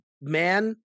man